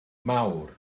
mawr